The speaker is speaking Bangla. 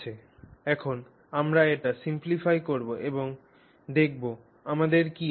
এখন আমরা এটি simplify করব এবং দেখব আমাদের কী আছে